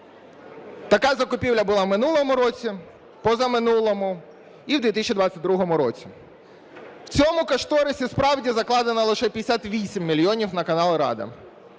Така закупівля була в минулому році, позаминулому і в 2022 році. В цьому кошторисі, справді, закладено лише 58 мільйонів на канал "Рада".